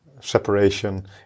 separation